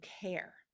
care